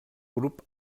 grup